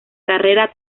carrera